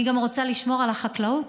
אני גם רוצה לשמור על החקלאות.